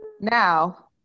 now